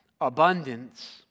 abundance